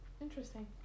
interesting